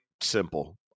simple